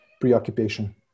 preoccupation